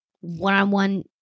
one-on-one